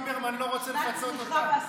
ליברמן לא רוצה לפצות אותם.